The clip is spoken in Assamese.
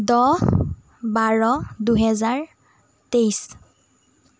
দহ বাৰ দুহেজাৰ তেইছ